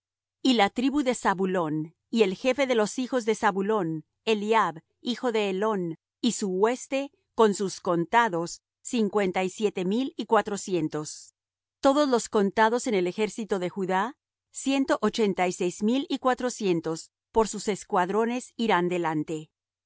y la tribu de zabulón y el jefe de los hijos de zabulón eliab hijo de helón y su hueste con sus contados cincuenta y siete mil y cuatrocientos todos los contados en el ejército de judá ciento ochenta y seis mil y cuatrocientos por sus escuadrones irán delante la